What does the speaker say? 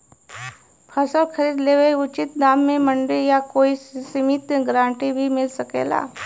फसल खरीद लेवे क उचित दाम में मंडी या कोई समिति से गारंटी भी मिल सकेला?